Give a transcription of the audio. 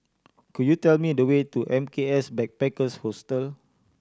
could you tell me the way to M K S Backpackers Hostel